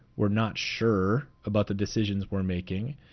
we're not sure about the decisions we're making.